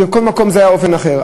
בכל מקום זה היה באופן אחר.